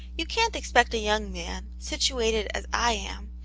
you can't expect a young man, situated as i am,